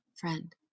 friend